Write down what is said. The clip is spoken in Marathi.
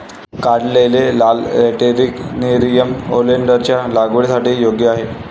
काढलेले लाल लॅटरिटिक नेरियम ओलेन्डरच्या लागवडीसाठी योग्य आहे